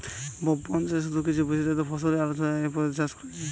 বনচাষে শুধু কিছু বিশেষজাতের ফসলই আলোছায়া এই পদ্ধতিতে চাষ করা হয়